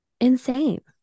insane